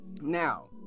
now